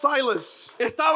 Silas